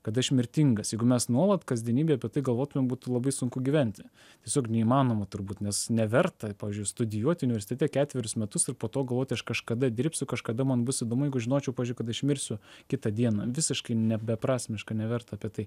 kad aš mirtingas jeigu mes nuolat kasdienybėj apie tai galvotumėm būtų labai sunku gyventi tiesiog neįmanoma turbūt nes neverta pavyzdžiui studijuoti universitete ketverius metus ir po to galvoti aš kažkada dirbsiu kažkada man bus įdomu jeigu aš žinočiau kad aš mirsiu kitą dieną visiškai ne beprasmiška neverta apie tai